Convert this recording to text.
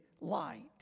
light